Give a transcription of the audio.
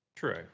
true